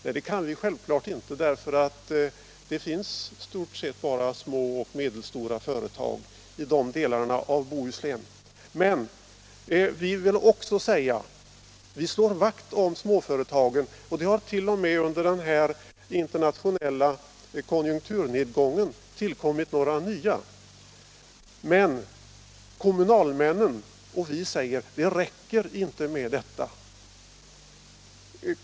Nej, det kan vi självfallet inte, för det finns i stort sett bara små och medelstora företag i de delarna av Bohuslän. Vi vill dock också säga att vi slår vakt om småföretagen. Det har t.o.m. under den internationella konjunkturnedgången tillkommit några nya. Men kommunalmännen och vi säger: Det räcker inte med detta!